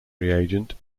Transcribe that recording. reagent